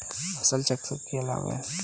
फसल चक्र के क्या लाभ हैं?